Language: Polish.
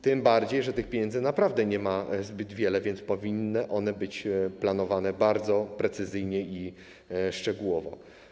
Tym bardziej że tych pieniędzy naprawdę nie ma zbyt wiele, więc ich wydatkowanie powinno być planowane bardzo precyzyjnie i szczegółowo.